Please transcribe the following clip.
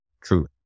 true